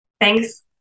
Thanks